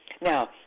Now